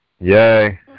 Yay